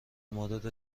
مورد